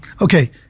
Okay